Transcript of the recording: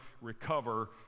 recover